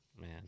Man